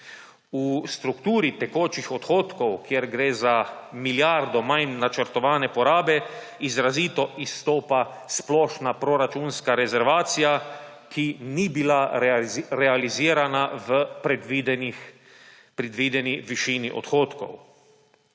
V strukturi tekočih odhodkov, kjer gre za milijardo manj načrtovane porabe, izrazito izstopa splošna proračunska rezervacija, ki ni bila realizirana v predvideni višini odhodkov.